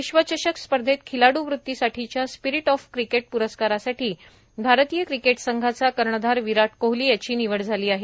विश्वचषक स्पर्धेत खिलाडू वृत्तीसाठीच्या स्पिरिट ऑफ क्रिकेट पूरस्कारासाठी भारतीय क्रिकेट संघाचा कर्णधार विराट कोहली याची निवड झाली आहे